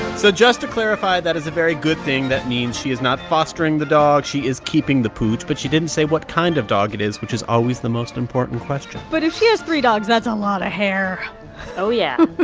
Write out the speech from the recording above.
so just to clarify, that is a very good thing. that means she is not fostering the dog. she is keeping the pooch. but she didn't say what kind of dog it is, which is always the most important question but if she has three dogs, that's a lot of hair oh, yeah